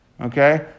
okay